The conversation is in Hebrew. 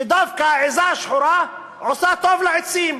ודווקא העזה השחורה עושה טוב לעצים.